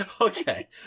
Okay